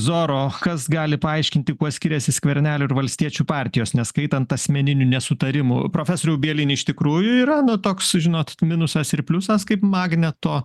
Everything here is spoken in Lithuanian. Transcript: zoro kas gali paaiškinti kuo skiriasi skvernelio ir valstiečių partijos neskaitant asmeninių nesutarimų profesoriau bieliniu iš tikrųjų yra na toks žinot minusas ir pliusas kaip magneto